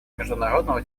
международного